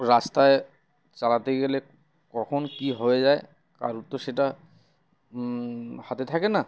রাস্তায় চালাতে গেলে কখন কী হয়ে যায় কারোর তো সেটা হাতে থাকে না